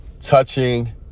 touching